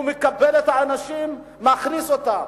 הוא מקבל את האנשים, מכניס אותם.